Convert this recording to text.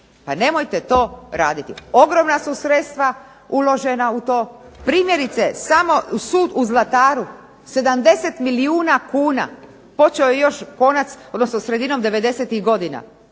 Pa nemojte to raditi. Ogromna su sredstva uložena u to. Primjerice samo sud u Zlataru 70 milijuna kuna, počeo je još konac, odnosno sredinom 90-ih godina,